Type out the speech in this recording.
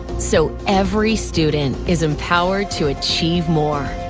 so every student is empowered to achieve more.